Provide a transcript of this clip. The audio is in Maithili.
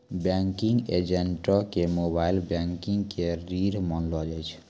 बैंकिंग एजेंटो के मोबाइल बैंकिंग के रीढ़ मानलो जाय छै